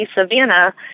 Savannah